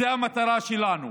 זו המטרה שלנו.